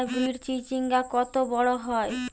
Hybrid চিচিংঙ্গা কত বড় হয়?